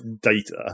data